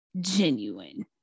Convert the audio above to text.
genuine